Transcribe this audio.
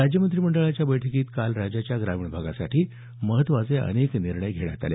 राज्य मंत्रिमंडळाच्या बैठकीत काल राज्याच्या ग्रामीण भागासाठी महत्त्वाचे अनेक निर्णय घेण्यात आले